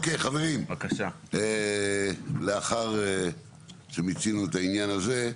אוקיי, חברים, לאחר שמיצינו את העניין הזה,